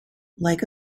like